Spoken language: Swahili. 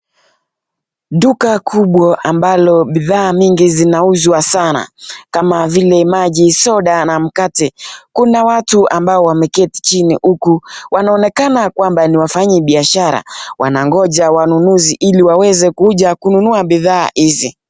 Duka kubwa ambalo bidhaa mingi zinauzwa sana kama vile maji, soda na mkate. Kuna watu ambao wameketi chini uku wanaonekana kwamba ni wafanyibiashara, wanagonja wanunuzi ili waweze kuja kununua bidhaa hizi.